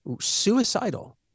suicidal